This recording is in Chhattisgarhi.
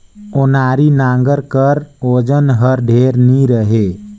ओनारी नांगर कर ओजन हर ढेर नी रहें